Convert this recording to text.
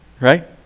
Right